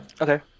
Okay